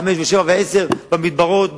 חמש ושבע ועשר במדבריות,